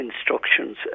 instructions